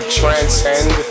transcend